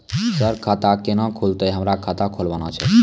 Sir खाता केना खुलतै, हमरा खाता खोलवाना छै?